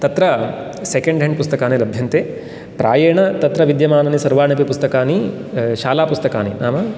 तत्र second hand पुस्तकनि लभ्यन्ते प्रायेण तत्र विद्यमानानि सर्वाण्यपि पुस्तकानी शालापुस्तकानि नाम